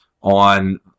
on